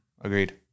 Agreed